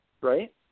right